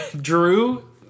Drew